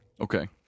Okay